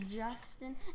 Justin